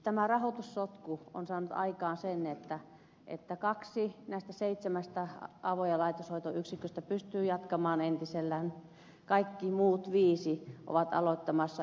tämä rahoitussotku on saanut aikaan sen että kaksi näistä seitsemästä avo ja laitoshoitoyksiköstä pystyy jatkamaan entisellään kaikki muut viisi ovat aloittamassa yt neuvotteluja